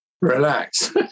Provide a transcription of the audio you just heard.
Relax